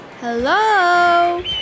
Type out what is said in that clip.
Hello